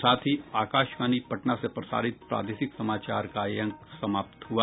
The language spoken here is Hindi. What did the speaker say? इसके साथ ही आकाशवाणी पटना से प्रसारित प्रादेशिक समाचार का ये अंक समाप्त हुआ